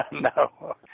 No